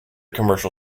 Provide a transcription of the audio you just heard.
commercial